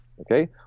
okay